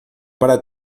para